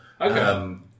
Okay